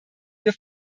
wir